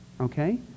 okay